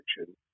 action